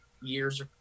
years